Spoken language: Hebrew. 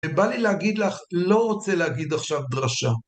ובא לי להגיד לך, לא רוצה להגיד עכשיו דרשה.